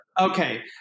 Okay